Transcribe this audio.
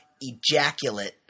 ejaculate